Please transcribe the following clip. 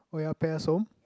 Oya beh ya som